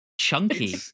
chunky